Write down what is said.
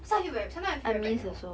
so I feel sometimes I feel very bad you know